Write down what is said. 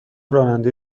راننده